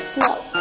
Smoke